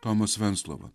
tomas venclova